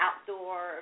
outdoor